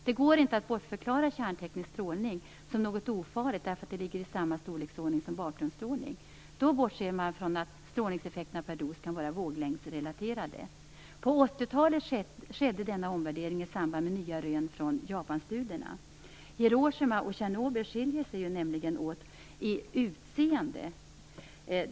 Det går inte att bortförklara kärnteknisk strålning som något ofarligt bara för att det ligger i samma storleksordning som bakgrundsstrålning. Då bortser man från att strålningseffekterna per dos kan vara våglängdsrelaterade. Denna omvärdering skedde på 1980-talet i samband med nya rön från Japanstudierna. Hiroshima och Tjernobyl skiljer sig nämligen åt i utseende.